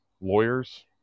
lawyers